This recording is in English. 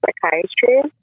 psychiatry